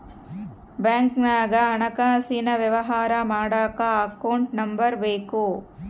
ಬ್ಯಾಂಕ್ನಾಗ ಹಣಕಾಸಿನ ವ್ಯವಹಾರ ಮಾಡಕ ಅಕೌಂಟ್ ನಂಬರ್ ಬೇಕು